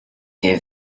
gave